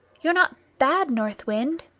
you're not bad, north wind?